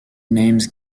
names